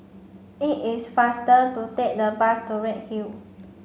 it is faster to take the bus to Redhill